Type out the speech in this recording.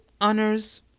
Honors